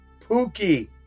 Pookie